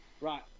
Right